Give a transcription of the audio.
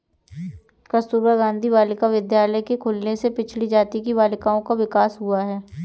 कस्तूरबा गाँधी बालिका विद्यालय के खुलने से पिछड़ी जाति की बालिकाओं का विकास हुआ है